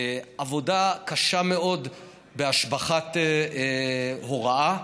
עבודה קשה מאוד בהשבחת הוראה,